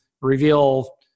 reveal